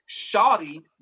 shawty